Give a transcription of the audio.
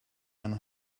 and